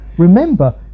Remember